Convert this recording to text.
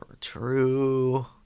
True